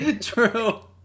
true